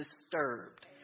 disturbed